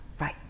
Right